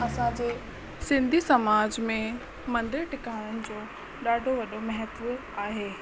असांजे सिंधी समाज में मंदर टिकाणनि जो ॾाढो वॾो महत्व आहे